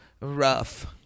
rough